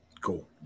Cool